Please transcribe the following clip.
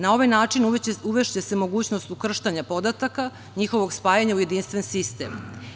Na ovaj način uvešće se mogućnost ukrštanja podataka, njihovog spajanja u jedinstven sistem.